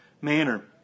manner